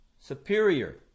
Superior